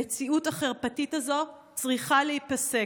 המציאות החרפתית הזו צריכה להיפסק.